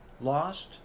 Lost